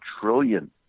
trillion